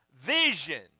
vision